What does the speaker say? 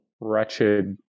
wretched